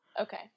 Okay